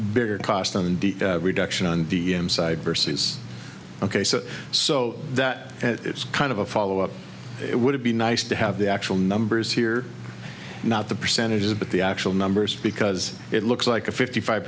the reduction on the side versus ok so so that it's kind of a follow up it would be nice to have the actual numbers here not the percentages but the actual numbers because it looks like a fifty five